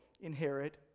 inherit